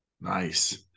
Nice